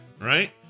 right